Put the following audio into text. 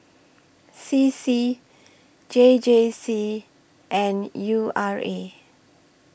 C C J J C and U R A